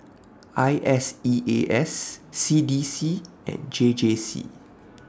I S E A S C D C and J J C